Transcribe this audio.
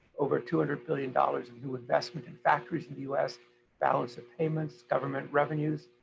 over two hundred billion dollars in new investment in factories in the us balance of payments, government revenues,